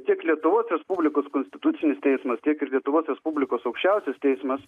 tiek lietuvos respublikos konstitucinis teismas tiek ir lietuvos respublikos aukščiausiasis teismas